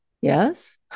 Yes